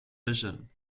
vision